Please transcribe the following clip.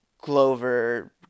Glover